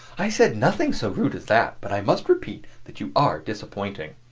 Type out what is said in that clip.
i said nothing so rude as that but i must repeat that you are disappointing.